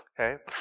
Okay